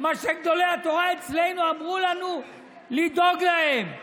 שגדולי התורה אצלנו אמרו לנו לדאוג להם.